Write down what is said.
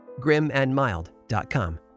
GrimAndMild.com